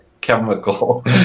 chemical